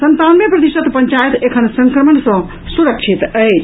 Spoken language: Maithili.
संतानवे प्रतिशत पंचायत एखन संक्रमण सँ सुरक्षित अछि